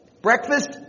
Breakfast